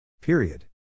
Period